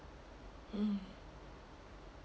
mm